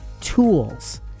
tools